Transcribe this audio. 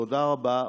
תודה רבה.